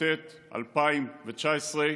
תשע"ט, 2019,